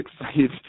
excited